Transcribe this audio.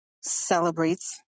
celebrates